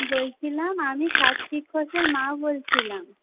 বলছিলাম আমি কার্তিক ঘোষের মা বলছিলাম